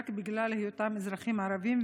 רק בגלל היותם אזרחים ערבים,